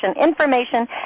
information